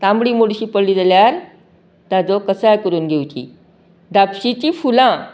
तांबडी मोडशी पडलीं जाल्यार ताजो कसाय करून घेवची धापशीं फुलां